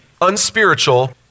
unspiritual